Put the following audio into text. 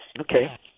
Okay